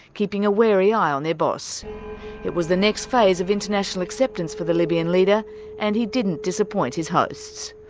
keeping a wary eye on their boss it was the next phase of international acceptance for the libyan leader and he didn't disappoint his hosts.